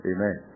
Amen